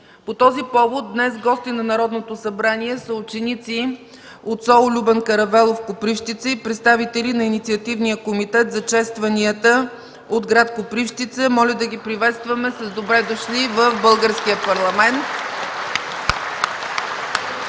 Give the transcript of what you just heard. По този повод днес гости на Народното събрание са ученици от СОУ „Любен Каравелов” – Копривщица, и представители на Инициативния комитет за честванията от гр. Копривщица. Моля да ги приветстваме с „Добре дошли!” в Българския парламент.